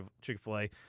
Chick-fil-A